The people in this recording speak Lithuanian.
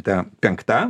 ta penkta